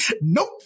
Nope